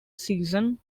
season